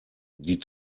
die